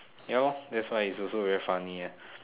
ya lor that's why it's also very funny ah